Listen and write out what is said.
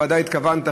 בוודאי התכוונת,